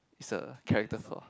is a character flaw